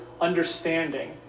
understanding